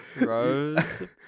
Rose